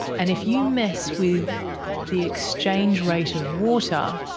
and if you mess with the exchange rate of water,